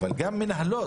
אבל גם מנהלות,